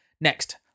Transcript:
Next